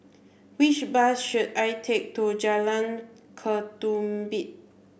which bus should I take to Jalan Ketumbit